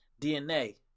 DNA